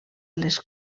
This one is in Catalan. les